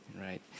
right